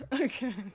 Okay